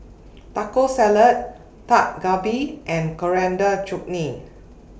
Taco Salad Dak Galbi and Coriander Chutney